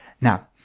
Now